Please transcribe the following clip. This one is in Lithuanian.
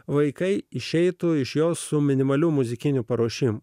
vaikai išeitų iš jos su minimaliu muzikiniu paruošimu